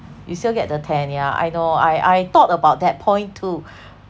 you still get the ten yeah I know I I thought about that point too